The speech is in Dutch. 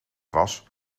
was